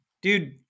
Dude